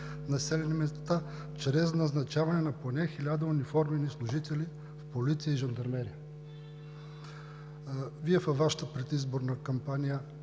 населени места чрез назначаване на поне 1000 униформени служители в полиция и жандармерия“. Във Вашата предизборна кампания